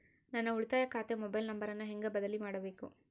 ನನ್ನ ಉಳಿತಾಯ ಖಾತೆ ಮೊಬೈಲ್ ನಂಬರನ್ನು ಹೆಂಗ ಬದಲಿ ಮಾಡಬೇಕು?